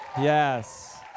Yes